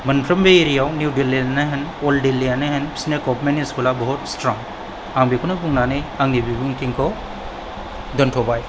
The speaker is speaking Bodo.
मोनफ्रामबो एरियायाव निउ दिल्लीयानो होन अल्ड दिल्लीयानो होन बिसिना गवार्नमेन्ट स्कूला बहुत स्ट्रं आं बेखौनो बुंनानै आंनि बे बिबुंथिखौ दोनथ'बाय